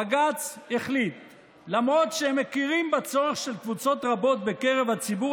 בג"ץ החליט שלמרות שהם מכירים בצורך של קבוצות רבות בקרב הציבור